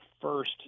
first